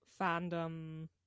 fandom